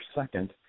second